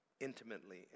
intimately